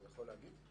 אתה יכול להגיד?